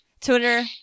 Twitter